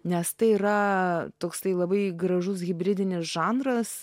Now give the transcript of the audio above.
nes tai yra toksai labai gražus hibridinis žanras